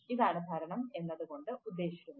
അതിനാൽ ഇതാണ് ഭരണം എന്നതുകൊണ്ട് ഉദ്ദേശിക്കുന്നത്